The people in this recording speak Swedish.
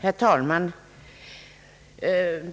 Herr talman!